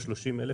ה-30,000,